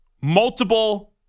Multiple